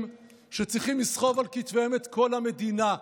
שצריכים לסחוב על כתפיהם את כל המדינה.